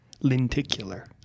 Lenticular